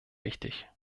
wichtig